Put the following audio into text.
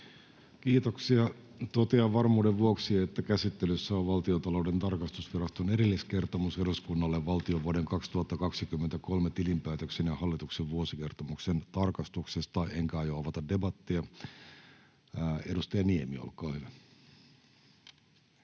Kiitoksia. — Totean varmuuden vuoksi, että käsittelyssä on Valtiontalouden tarkastusviraston erilliskertomus eduskunnalle valtion vuoden 2023 tilinpäätöksen ja hallituksen vuosikertomuksen tarkastuksesta, enkä aio avata debattia. — Edustaja Niemi, olkaa hyvä. [Speech